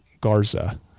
Garza